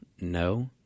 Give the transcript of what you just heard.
No